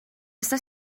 està